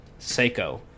Seiko